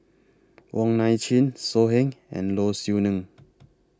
Wong Nai Chin So Heng and Low Siew Nghee